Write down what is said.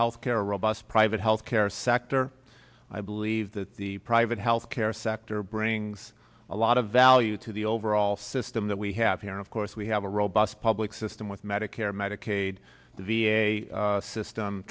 health care a robust private health care sector i believe that the private health care sector brings a lot of value to the overall system that we have here of course we have a robust public system with medicare medicaid the v a system